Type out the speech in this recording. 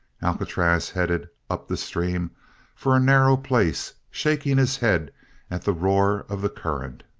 alcatraz headed up the stream for a narrow place, shaking his head at the roar of the current.